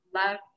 love